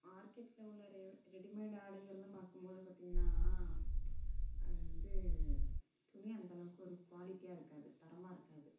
மார்க்கெட்ல உள்ள ரெ ரெடிமேட் ஆடைகள்ன்னு பார்க்கும்போது பார்த்திங்கன்னா அது வந்து துணி அந்த அளவுக்கு ஒரு குவாலிட்டியாக இருக்காது தரமாக இருக்காது